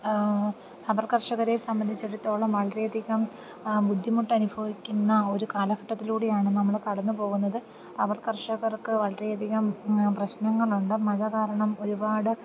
rubber കർഷകരെ സംബന്ധിച്ചെടുത്തോളം വളരെ അ ധികം ബുദ്ധിമു്ട്ട അഭവിക്കുന്ന ഒരു കാലഘട്ടത്തിലൂടെയാണ് നമ്മൾ കടന്നു പോകുന്നത് റബർ കർഷകർക്ക് വളരെ അധികം പ്രശ്നങ്ങളുണ്ട് മഴ കാരണം ഒരുപാട്